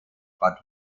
but